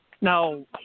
Now